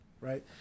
right